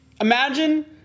imagine